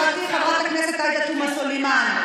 חברתי חברת הכנסת עאידה תומא סלימאן,